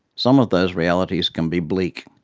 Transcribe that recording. some of those realities can be bleak,